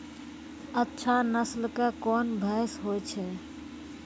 अच्छा नस्ल के कोन भैंस होय छै?